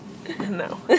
No